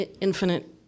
infinite